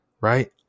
right